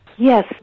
Yes